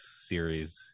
series